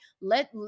let